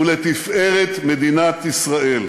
ולתפארת מדינת ישראל".